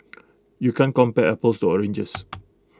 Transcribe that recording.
you can't compare apples to oranges